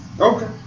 Okay